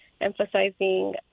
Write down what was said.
emphasizing